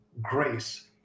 grace